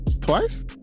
twice